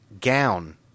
gown